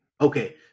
Okay